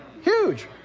Huge